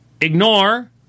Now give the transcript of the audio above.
ignore